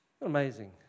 Amazing